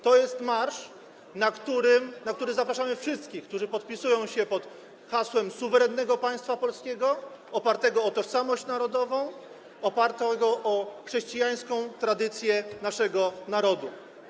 To jest marsz, na który zapraszamy wszystkich, którzy podpisują się pod hasłem suwerennego państwa polskiego, opartego na tożsamości narodowej, opartego na chrześcijańskiej tradycji naszego narodu.